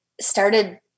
started